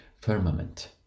firmament